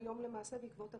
למעשה בעקבות הרפורמה,